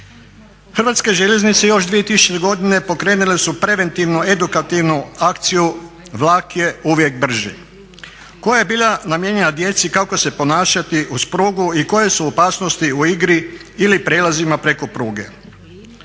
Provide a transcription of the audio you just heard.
Hrvatske željeznice još 2000. godine pokrenule su preventivno-edukativnu akciju "Vlak je uvijek brži" koja je bila namijenjena djeci kako se ponašati uz prugu i koje su opasnosti u igri ili prijelazima preko pruge.